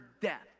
death